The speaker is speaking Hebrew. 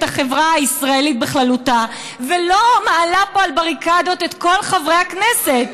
החברה הישראלית בכללותה ולא מעלה פה על בריקדות את כל חברי הכנסת.